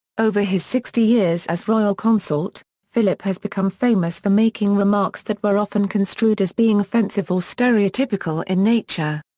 over his sixty years as royal consort, philip has become famous for making remarks that were often construed as being offensive or stereotypical in nature.